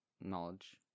knowledge